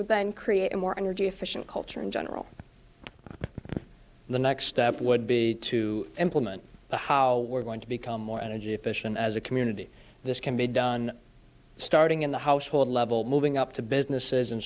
would then create a more energy efficient culture in general the next step would be to implement the how we're going to become more energy efficient as a community this can be done starting in the household level moving up to businesses